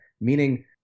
meaning